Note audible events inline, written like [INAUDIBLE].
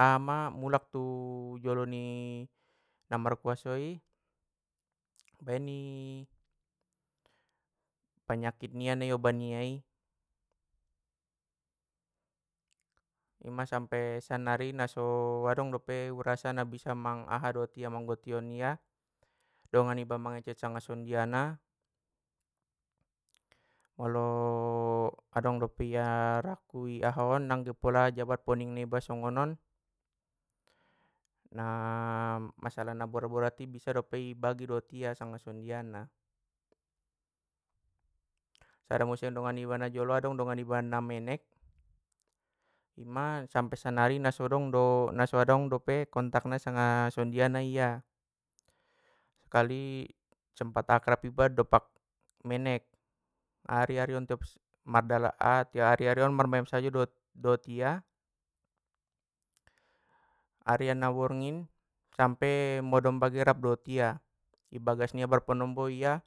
Ama mulak tu [HESITATION] jolo ni [HESITATION] namarkuasoi, baen ni panyakit nia nai oban nia i. Ima sampe sannari naso [HESITATION] adong dope u rasa na bisa mang aha dot ia manggontion ia, dongan niba mangecek sanga songondiana, molo [HESITATION] adong dope ia [HESITATION] rakku i ahaon nangge pola jabat poning niba songonon, na [HESITATION] masalah na borat borat i bisa do pe i bagi dot ia sanga songondiana. Sada muse dongan niba najolo adong dongan niba na menek, ima sampe sannari nasodongdo- naso andong dope kontakna sanga songondiana i, nasakali sempat akrab iba doppak menek, ari ari on tiop [HESITATION] ari ari on marmayam sajo dot- dot ia, arian na borngin sampe modom bagen rap dohot ia, i bagas nia bope namombo ia